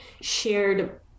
shared